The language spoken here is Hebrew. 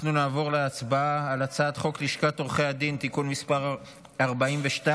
אנחנו נעבור להצבעה על הצעת חוק לשכת עורכי הדין (תיקון מס' 42)